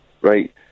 right